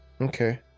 Okay